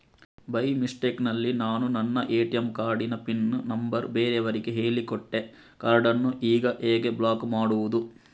By mistake ನಲ್ಲಿ ನಾನು ನನ್ನ ಎ.ಟಿ.ಎಂ ಕಾರ್ಡ್ ನ ಪಿನ್ ನಂಬರ್ ಬೇರೆಯವರಿಗೆ ಹೇಳಿಕೊಟ್ಟೆ ಕಾರ್ಡನ್ನು ಈಗ ಹೇಗೆ ಬ್ಲಾಕ್ ಮಾಡುವುದು?